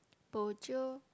bo jio